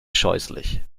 scheußlich